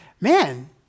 man